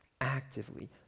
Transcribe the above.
actively